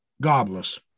Godless